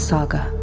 Saga